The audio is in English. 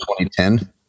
2010